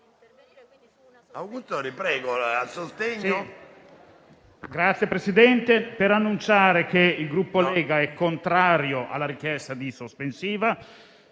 intervengo per annunciare che il Gruppo Lega è contrario alla richiesta di sospensiva.